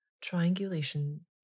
triangulation